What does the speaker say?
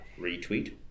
retweet